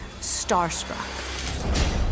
starstruck